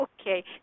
Okay